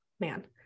man